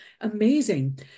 amazing